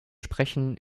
sprechen